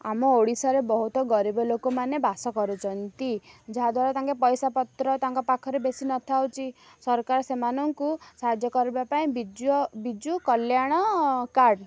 ଆମ ଓଡ଼ିଶାରେ ବହୁତ ଗରିବ ଲୋକମାନେ ବାସ କରୁଛନ୍ତି ଯାହାଦ୍ୱାରା ତାଙ୍କେ ପଇସା ପତ୍ର ତାଙ୍କ ପାଖରେ ବେଶୀ ନ ଥାଉଛି ସରକାର ସେମାନଙ୍କୁ ସାହାଯ୍ୟ କରିବା ପାଇଁ ବିଜୁ ବିଜୁ କଲ୍ୟାଣ କାର୍ଡ଼